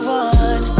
one